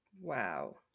Wow